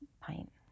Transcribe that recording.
pint